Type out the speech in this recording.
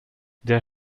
der